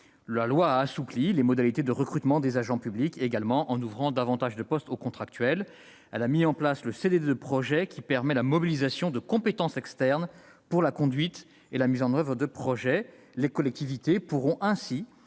Elle a assoupli les modalités de recrutement des agents publics en ouvrant davantage de postes aux contractuels et elle a mis en place le CDD de projet, qui permet la mobilisation de compétences externes pour la conduite et la mise en oeuvre d'un projet. Les collectivités pourront ainsi